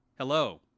Hello